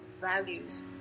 values